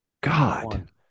God